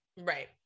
Right